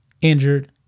Injured